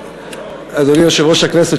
אדוני יושב-ראש הכנסת,